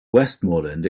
westmoreland